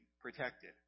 protected